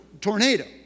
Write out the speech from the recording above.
tornado